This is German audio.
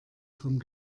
vom